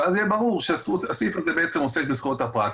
אז יהיה ברור שהסעיף הזה עוסק בזכויות הפרט,